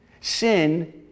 Sin